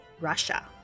Russia